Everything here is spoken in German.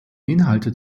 inhalte